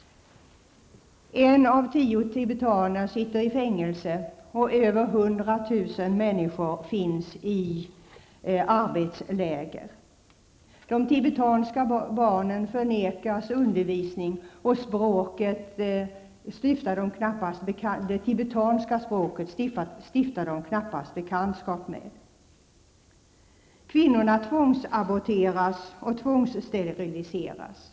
En av tio tibetaner sitter i fängelse, och mer än 100 000 människor finns i arbetsläger. De tibetanska barnen nekas undervisning, och det tibetanska språket stiftar de här människorna knappast bekantskap med. Kvinnorna tvångsaborteras och tvångssteriliseras.